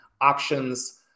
options